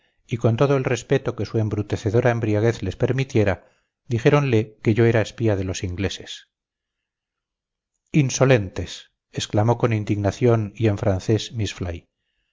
y con todo el respeto que su embrutecedora embriaguez les permitiera dijéronle que yo era espía de los ingleses insolentes exclamó con indignación y en francés